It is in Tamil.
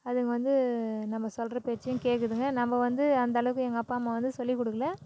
அதுங்க வந்து நம்ம சொல்கிற பேச்சையும் கேட்குதுங்க நம்ம வந்து அந்தளவுக்கு எங்கள் அப்பா அம்மா வந்து சொல்லிக் கொடுக்கல